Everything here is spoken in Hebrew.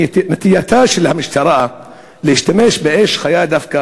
נטייתה של המשטרה להשתמש באש חיה דווקא